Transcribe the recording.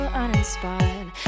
uninspired